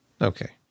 Okay